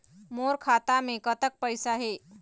मोर खाता मे कतक पैसा हे?